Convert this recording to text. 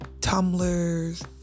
tumblers